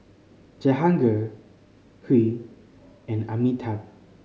Jehangirr Hri and Amitabh